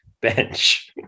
Bench